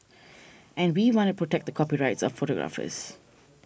and we want to protect the copyrights of photographers